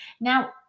Now